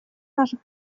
наших